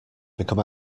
become